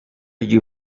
you